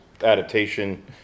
adaptation